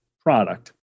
product